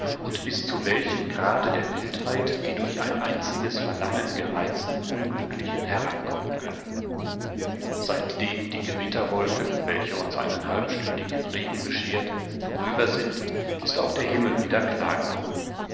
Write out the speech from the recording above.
und bis zu welchem grade der wildheit die durch ein einziges verlangen gereizten unglücklichen herabkommen können seitdem die gewitterwolken welche uns einen halbstündigen regen bescheert vorüber sind ist auch der himmel wieder klar geworden